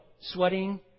sweating